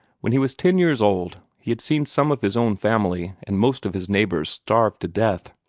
when he was ten years old he had seen some of his own family, and most of his neighbors, starve to death.